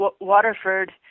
Waterford